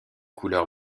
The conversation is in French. couleur